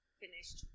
finished